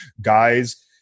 guys